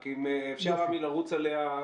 רק אם אפשר, עמי, לרוץ עלייה.